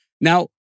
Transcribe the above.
Now